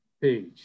page